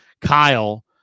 Kyle